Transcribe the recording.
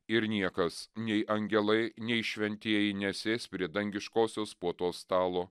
ir niekas nei angelai nei šventieji nesės prie dangiškosios puotos stalo